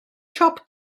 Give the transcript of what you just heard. siop